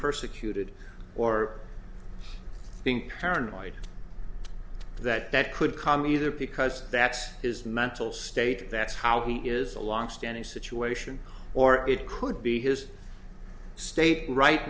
persecuted or being paranoid that that could come either because that's his mental state that's how he is a longstanding situation or it could be his state right